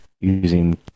using